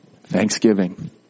Thanksgiving